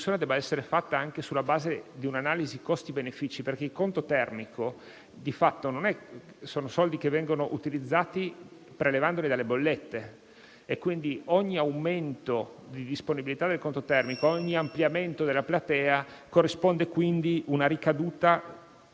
discussione debba essere fatta anche sulla base di un'analisi costi-benefici perché il conto termico, di fatto, è costituito da soldi che vengono prelevati dalle bollette, quindi, a ogni aumento di disponibilità del conto termico e a ogni ampliamento della platea corrisponde una ricaduta